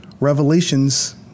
revelations